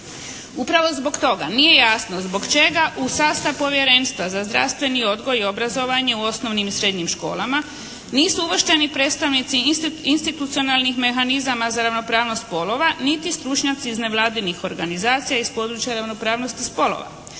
Upravo zbog toga nije jasno zbog čega u sastav Povjerenstva za zdravstveni odgoj i obrazovanje u osnovnim i srednjim školama nisu uvršteni predstavnici institucionalnih mehanizama za ravnopravnost spolova niti stručnjaci iz nevladinih organizacija iz područja ravnopravnosti spolova.